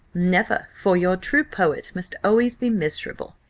never for your true poet must always be miserable.